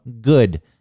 good